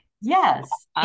Yes